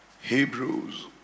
Hebrews